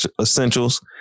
essentials